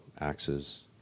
axes